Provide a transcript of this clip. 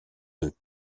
deux